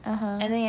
(uh huh)